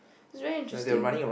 is very interesting